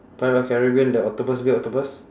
pirate of caribbean the octopus big octopus